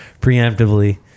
preemptively